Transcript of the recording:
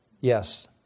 Yes